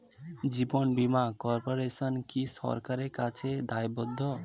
জীবন বীমা কর্পোরেশন কি সরকারের কাছে দায়বদ্ধ?